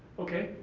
okay,